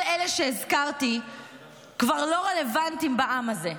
כל אלה שהזכרתי כבר לא רלוונטיים בעם הזה.